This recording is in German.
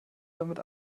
damit